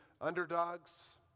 underdogs